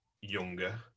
Younger